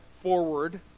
forward